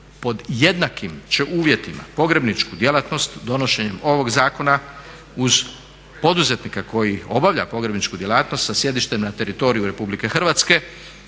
pod jednakim će uvjetima pogrebničku djelatnost donošenjem ovog zakona uz poduzetnika koji obavlja pogrebničku djelatnost sa sjedištem na teritoriju RH moći obavljati